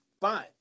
Fine